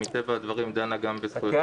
היא דנה מטבע הדברים גם בזכויותיהם